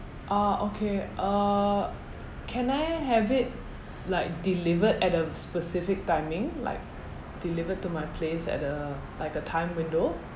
uh okay uh can I have it like delivered at a specific timing like delivered to my place at a like a time window